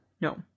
No